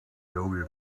yoga